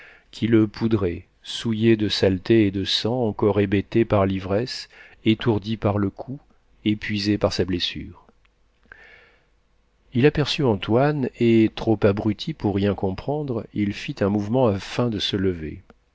qui le poudrait souillé de saletés et de sang encore hébété par l'ivresse étourdi par le coup épuisé par sa blessure il aperçut antoine et trop abruti pour rien comprendre il fit un mouvement afin de se lever